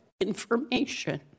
information